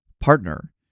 partner